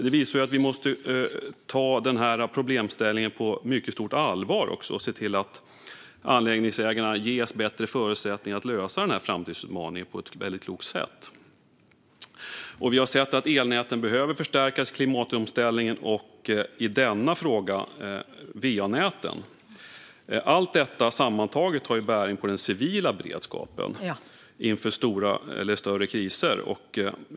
Det visar att vi måste ta problemställningen på mycket stort allvar och se till att anläggningsägarna ges bättre förutsättningar att lösa framtidsutmaningen på ett klokt sätt. Vi har sett att elnäten behöver förstärkas. Det handlar om klimatomställningen och i denna fråga om va-näten. Allt detta sammantaget har bäring på den civila beredskapen inför större kriser.